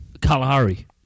Kalahari